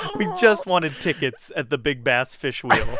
we just wanted tickets at the big bass fish wheel.